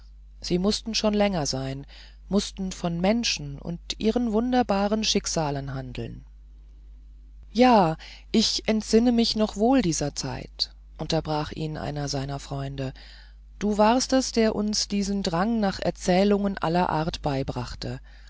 sie mußten schon länger sein mußten von menschen und ihren wunderbaren schicksalen handeln ja ich entsinne mich noch wohl dieser zeit unterbrach ihn einer seiner freunde du warst es der uns diesen drang nach erzählungen aller art beibrachte